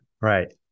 Right